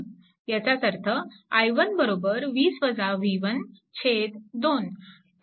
याचा अर्थ i1 2